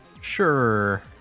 Sure